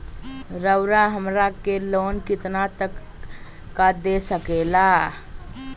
रउरा हमरा के लोन कितना तक का दे सकेला?